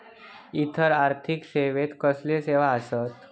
इतर आर्थिक सेवेत कसले सेवा आसत?